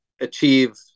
achieve